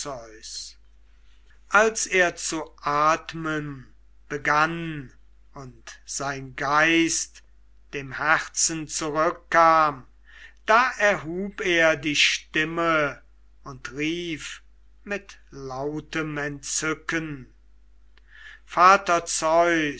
als er zu atmen begann und sein geist dem herzen zurückkam da erhub er die stimme und rief mit lautem entzücken